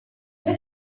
byo